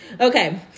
Okay